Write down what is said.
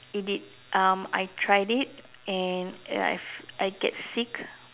eat it um I tried it and uh I have I get sick